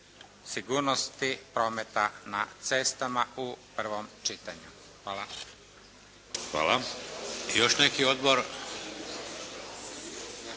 sigurnosti prometa na cestama u prvom čitanju. Hvala. **Šeks,